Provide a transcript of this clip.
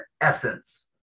essence